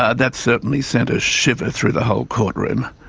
ah that certainly sent a shiver through the whole courtroom,